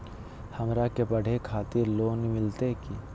हमरा के पढ़े के खातिर लोन मिलते की?